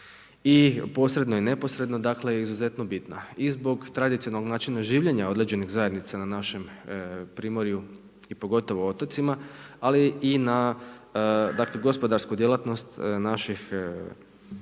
i posredno i neposredno, dakle je izuzetno bitna i zbog tradicionalnog načina življenja određenih zajednica na našem primorju i pogotovo otocima, ali i na, dakle gospodarsku djelatnost naših građana